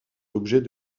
l’objet